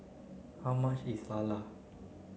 how much is Lala